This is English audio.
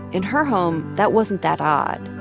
in her home, that wasn't that odd.